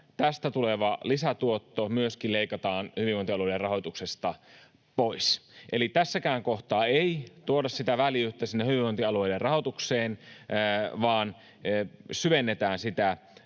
tästä tuleva lisätuotto myöskin leikataan hyvinvointialueiden rahoituksesta pois. Eli tässäkään kohtaa ei tuoda sitä väljyyttä sinne hyvinvointialueiden rahoitukseen, vaan syvennetään sitä